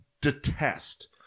detest